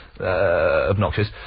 obnoxious